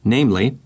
Namely